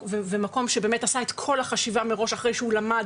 ומקום שבאמת עשה את כל החשיבה מראש אחרי שהוא למד